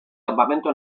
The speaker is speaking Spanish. campamento